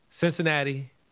Cincinnati